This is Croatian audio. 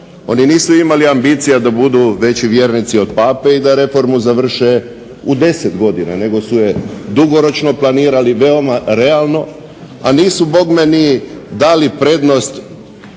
Oni nisu imali ambicija da budu veći vjernici od pape i da reformu završe u 10 godina nego su je dugoročno planirali, veoma realno a nisu bogme ni dali prednost